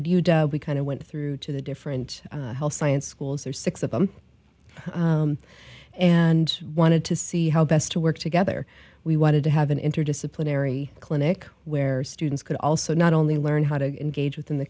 you we kind of went through to the different health science schools or six of them and wanted to see how best to work together we wanted to have an interdisciplinary clinic where students could also not only learn how to engage within the